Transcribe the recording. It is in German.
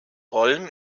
rollen